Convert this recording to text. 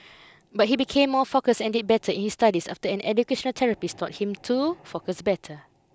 but he became more focused and did better in his studies after an educational therapist taught him to focus better